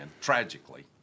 Tragically